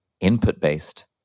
input-based